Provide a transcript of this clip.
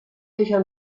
یکم